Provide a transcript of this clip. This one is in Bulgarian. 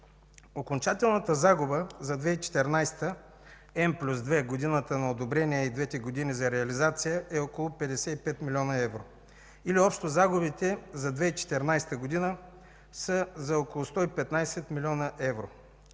Окончателната загуба за 2014 г. „N+2” – годината на одобрение, и двете години за реализация, е около 55 млн. евро. Или общо загубите за 2014 г. са за около 115 млн. евро.